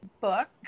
book